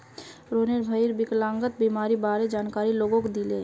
रोहनेर भईर विकलांगता बीमारीर बारे जानकारी लोगक दीले